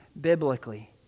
biblically